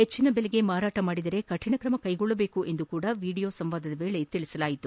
ಹೆಚ್ಚಿನ ಬೆಲೆಗೆ ಮಾರಾಟ ಮಾಡಿದರೆ ಕರಿಣ ಕ್ರಮ ಕೈಗೊಳ್ಳಬೇಕು ಎಂದೂ ಸಹ ವೀಡಿಯೋ ಸಂವಾದದ ವೇಳೆ ತಿಳಿಸಲಾಗಿದೆ